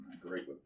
Great